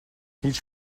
هیچ